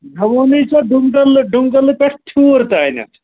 مےٚ ووٚنُے ژےٚ ڈُمہٕ کٔدلہٕ ڈُمہٕ کٔدلہٕ پٮ۪ٹھ پھیٛوٗر تانٮ۪تھ